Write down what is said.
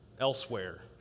elsewhere